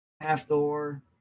Half-thor